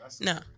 No